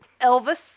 Elvis